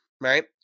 Right